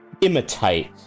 imitate